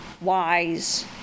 wise